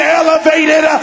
elevated